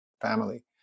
family